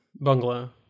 Bungalow